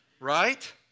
Right